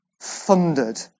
thundered